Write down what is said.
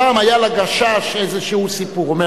פעם היה ל"גשש" איזה סיפור שאומר: